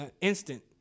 instant